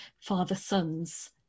father-sons